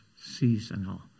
seasonal